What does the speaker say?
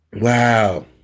Wow